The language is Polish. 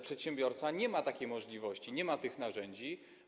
Przedsiębiorca nie ma takiej możliwości, nie ma takich narzędzi.